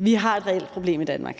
sti så godt, som jeg overhovedet